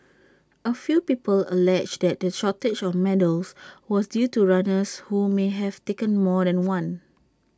A few people alleged that the shortage of medals was due to runners who may have taken more than one